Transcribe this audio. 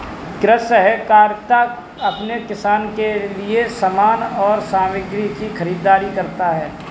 कृषि सहकारिता अपने किसानों के लिए समान और सामग्री की खरीदारी करता है